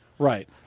Right